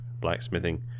blacksmithing